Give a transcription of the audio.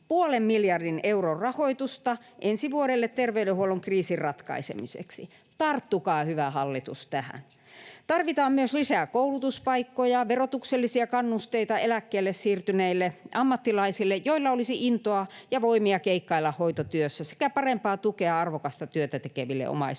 puolen miljardin euron rahoitusta ensi vuodelle terveydenhuollon kriisin ratkaisemiseksi. Tarttukaa, hyvä hallitus, tähän. Tarvitaan myös lisää koulutuspaikkoja, verotuksellisia kannusteita eläkkeelle siirtyneille ammattilaisille, joilla olisi intoa ja voimia keikkailla hoitotyössä, sekä parempaa tukea arvokasta työtä tekeville omaishoitajille.